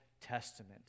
Testament